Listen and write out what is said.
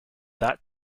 that